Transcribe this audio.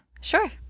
Sure